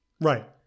right